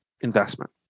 investment